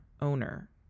owner